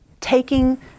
taking